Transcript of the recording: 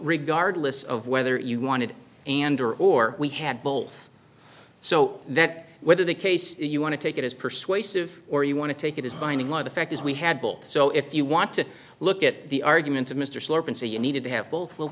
regardless of whether you wanted and or or we had both so that whether the case you want to take it as persuasive or you want to take it as binding law the fact is we had both so if you want to look at the arguments of mr slope and say you needed to have both what